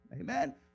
Amen